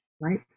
right